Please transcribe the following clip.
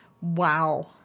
Wow